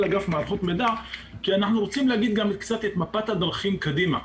אגף מערכות מידע כי אנחנו רוצים להראות את מפת הדרכים קדימה.